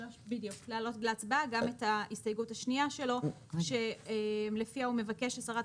להעלות להצבעה גם את ההסתייגות השנייה שלו שלפיה הוא מבקש ששרת